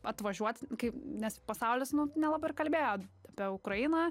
atvažiuot kai nes pasaulis nu nelabai ir kalbėjo apie ukrainą